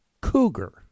Cougar